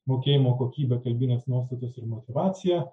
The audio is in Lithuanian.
mokėjimo kokybė kalbinės nuostatos ir motyvacija